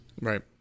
right